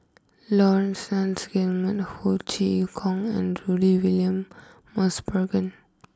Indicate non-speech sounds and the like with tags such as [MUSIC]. Laurence Nunns Guillemard Ho Chee Kong and Rudy William Mosbergen [NOISE]